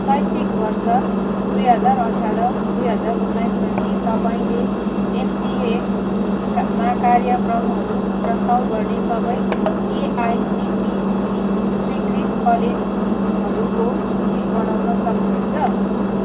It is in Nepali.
शैक्षिक वर्ष दुई हजार अठाह्र दुई हजार उन्नाइसमा के तपाईँँले एमसिएमा कार्यक्रमहरू प्रस्ताव गर्ने सबै एआइसिटिई स्वीकृत कलेजहरूको सूची बनाउन सक्नुहुन्छ